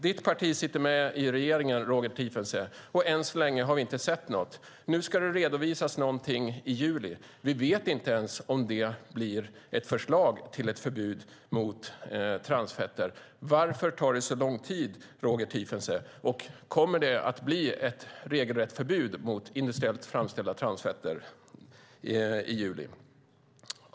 Ditt parti sitter med i regeringen, Roger Tiefensee, och än så länge har vi inte sett något. Nu ska det redovisas någonting i juli. Vi vet inte ens om det blir ett förslag på ett förbud mot transfetter. Varför tar det så lång tid, Roger Tiefensee? Kommer det att bli ett regelrätt förbud mot industriellt framställda transfetter i juli?